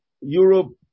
Europe